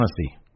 honesty